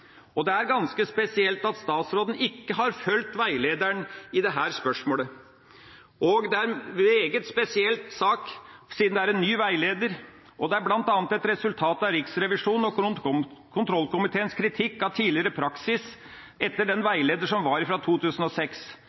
fram. Det er ganske spesielt at statsråden ikke har fulgt veilederen i dette spørsmålet. Det er en meget spesiell sak, siden det er en ny veileder, og det er bl.a. et resultat av Riksrevisjonens og kontrollkomiteens kritikk av tidligere praksis etter den veilederen som var fra 2006.